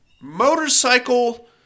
motorcycle